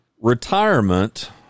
Retirement